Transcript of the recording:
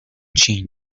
چین